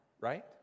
right